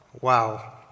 Wow